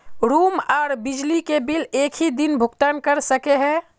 Room आर बिजली के बिल एक हि दिन भुगतान कर सके है?